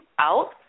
out